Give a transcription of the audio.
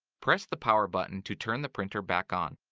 press the power button to turn the printer back on.